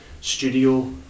studio